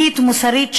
ערכית-מוסרית,